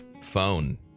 phone